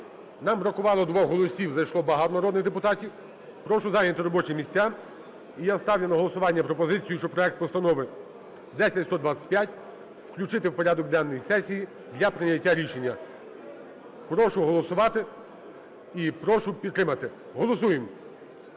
нам бракувало двох голосів, зайшло багато народних депутатів. Прошу зайняти робочі місця. І я ставлю на голосування пропозицію, щоб проект постанови 10125 включити в порядок денний сесії для прийняття рішення. Прошу голосувати і прошу підтримати. Голосуємо.